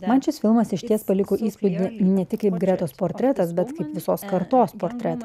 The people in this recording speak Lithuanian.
man šis filmas išties paliko įspūdį ne tik kaip gretos portretas bet visos kartos portretas